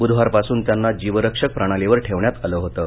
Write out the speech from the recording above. बुधवारपासून त्यांना जीवरक्षक प्रणालीवर ठेवण्यात आलं होतं